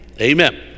Amen